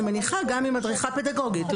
אני מניחה גם ממדריכה פדגוגית.